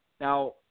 Now